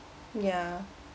ya